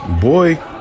Boy